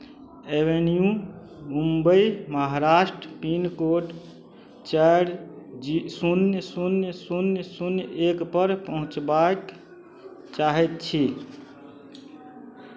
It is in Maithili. एवेन्यू मुम्बई महाराष्ट्र पिनकोड चारि शून्य शून्य शून्य शून्य एकपर पहुँचबाक चाहैत छी